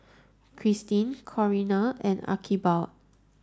Christin Corinna and Archibald